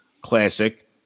Classic